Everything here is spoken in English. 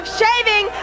shaving